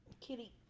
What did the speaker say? Kitty